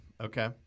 Okay